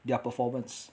their performance